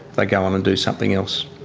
like um um and do something else.